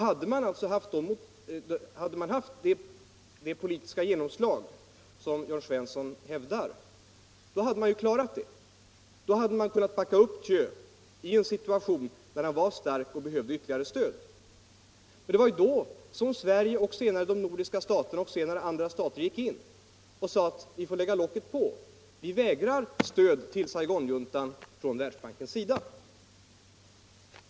Hade bankledningen haft den politiska styrka som Jörn Svensson hävdar, hade man klarat det. Då hade man från baknens sida kunnat backa upp Thieu i en situation där han var stark och behövde ytterligare stöd. Det var då som Sverige och senare de nordiska och även andra stater gick in och motsatte sig projektet. Inget stöd till Saigonjuntan skulle få lämnas från Världsbankens sida.